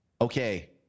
Okay